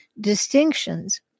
distinctions